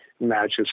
matches